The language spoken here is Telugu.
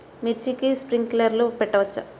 మిర్చికి స్ప్రింక్లర్లు పెట్టవచ్చా?